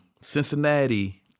Cincinnati